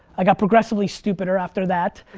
i got progressively stupider after that.